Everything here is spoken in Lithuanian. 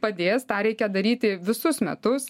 padės tą reikia daryti visus metus